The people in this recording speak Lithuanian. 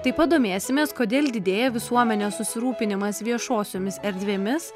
taip pat domėsimės kodėl didėja visuomenės susirūpinimas viešosiomis erdvėmis